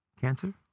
cancer